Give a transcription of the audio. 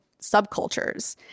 subcultures